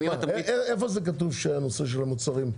איפה כתוב הנושא של המוצרים?